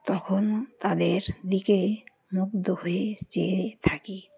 তখন তাদের দিকে মুগ্ধ হয়ে চেয়ে থাকি